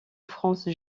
france